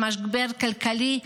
למשבר כלכלי,